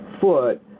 foot